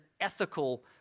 ethical